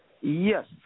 Yes